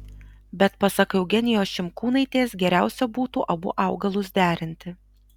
bet pasak eugenijos šimkūnaitės geriausia būtų abu augalus derinti